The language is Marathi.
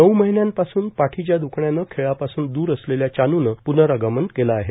नऊ महिन्यांपासून पाठीच्या दुखण्यानं खेळापासून दूर असलेल्या चानूनं प्नरागमन केलं आहे